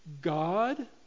God